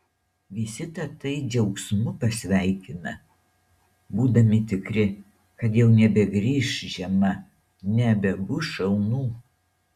visi tatai džiaugsmu pasveikina būdami tikri kad jau nebegrįš žiema nebebus šalnų